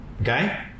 Okay